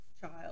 child